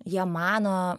jie mano